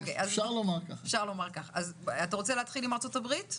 אתה רוצה להתחיל עם ארצות הברית?